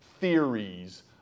theories